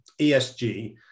ESG